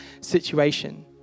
situation